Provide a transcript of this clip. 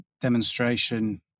demonstration